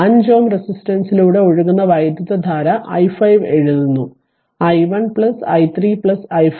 5 Ω റെസിസ്റ്റൻസിലൂടെ ഒഴുകുന്ന വൈദ്യുതധാര i5 എഴുതുന്നു i1 i3 i5